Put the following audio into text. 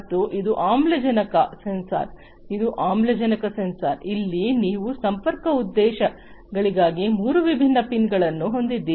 ಮತ್ತು ಇದು ಆಮ್ಲಜನಕ ಸೆನ್ಸಾರ್ ಇದು ಆಮ್ಲಜನಕ ಸೆನ್ಸರ್ ಇಲ್ಲಿ ನೀವು ಸಂಪರ್ಕ ಉದ್ದೇಶಗಳಿಗಾಗಿ ಮೂರು ವಿಭಿನ್ನ ಪಿನ್ಗಳನ್ನು ಹೊಂದಿದ್ದೀರಿ